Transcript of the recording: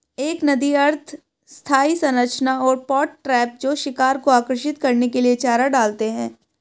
एक नदी अर्ध स्थायी संरचना और पॉट ट्रैप जो शिकार को आकर्षित करने के लिए चारा डालते हैं